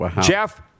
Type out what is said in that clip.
Jeff